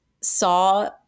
saw